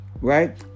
right